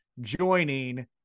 joining